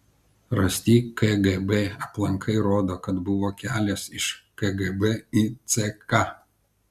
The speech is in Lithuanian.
rasti kgb aplankai rodo kad buvo kelias iš kgb į ck